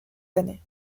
années